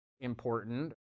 important